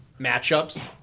matchups